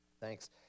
Thanks